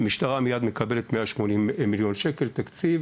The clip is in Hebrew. המשטרה מקבלת מיד 180 מיליון שקל תקציב